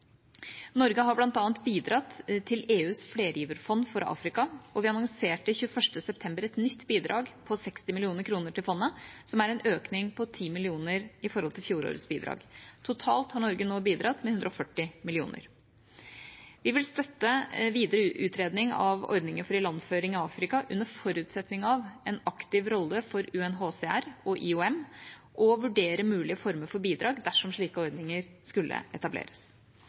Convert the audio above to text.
Norge har bl.a. bidratt til EUs flergiverfond for Afrika, og vi annonserte 21. september et nytt bidrag på 60 mill. kr til fondet, som er en økning på 10 mill. kr i forhold til fjorårets bidrag. Totalt har Norge nå bidratt med 140 mill. kr. Vi vil støtte videre utredning av ordninger for ilandføring i Afrika under forutsetning av en aktiv rolle for UNHCR og IOM og vurdere mulige former for bidrag dersom slike ordninger skulle etableres.